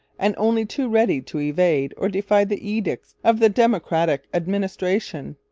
and only too ready to evade or defy the edicts of the democratic administration.